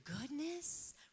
goodness